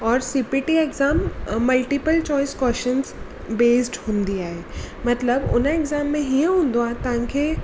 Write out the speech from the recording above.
और CPT exam multiple choice questions based हूंदी आहे मतिलब उन एक्ज़ाम में हीअ हूंदो आहे तव्हांखे